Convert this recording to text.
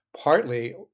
partly